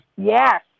Yes